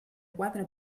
quatre